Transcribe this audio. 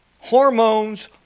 hormones